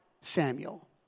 Samuel